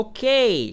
Okay